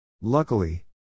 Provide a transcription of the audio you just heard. Luckily